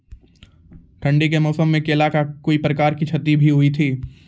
ठंडी के मौसम मे केला का कोई प्रकार के क्षति भी हुई थी?